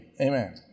amen